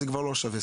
זה כבר לא שווה.